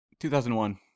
2001